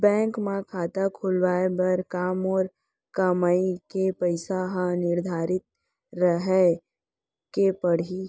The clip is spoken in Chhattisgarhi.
बैंक म खाता खुलवाये बर का मोर कमाई के पइसा ह निर्धारित रहे के पड़ही?